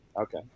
Okay